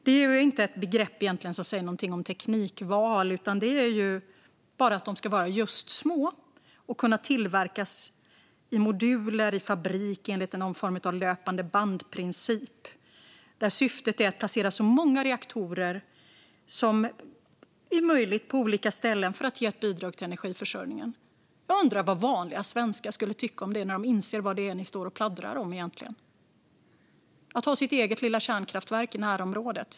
Det är egentligen inte ett begrepp som säger någonting om teknikval, utan det handlar bara om att reaktorerna ska vara små och kunna tillverkas i moduler i fabrik enligt någon form av löpande band-princip. Syftet är att placera så många reaktorer som möjligt på olika ställen för att ge ett bidrag till energiförsörjningen. Jag undrar vad vanliga svenskar skulle tycka om det när de inser vad det är ni egentligen står och pladdrar om. Det handlar om att ha sitt eget lilla kärnkraftverk i närområdet.